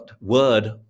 word